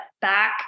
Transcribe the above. back